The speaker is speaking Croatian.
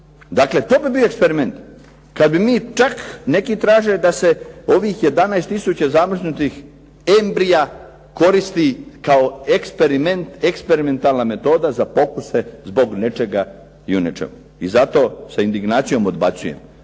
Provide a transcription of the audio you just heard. Dakle, to bi bio eksperiment, kada bi mi čak, neki traže da se ovih 11 tisuća zamrznutih embrija koristi kao eksperimentalna metoda kao pokuse zbog nečega i u nečemu. I zato sa indignacijom odbacujem